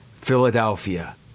Philadelphia